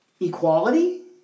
Equality